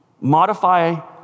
modify